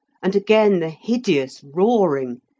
and again the hideous roaring,